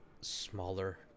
smaller